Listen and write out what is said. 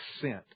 sent